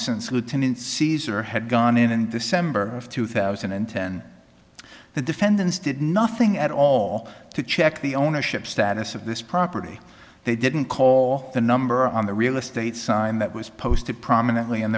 since lieutenant caesar had gone in and this summer of two thousand and ten the defendants did nothing at all to check the ownership status of this property they didn't call the number on the real estate sign that was posted prominently in